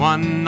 One